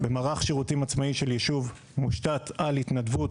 במערך שירותים עצמאי של יישוב מושתת על התנדבות,